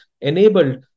enabled